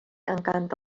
encanta